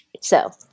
So-